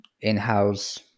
in-house